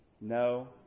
No